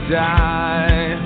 die